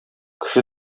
кеше